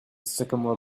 sycamore